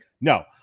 no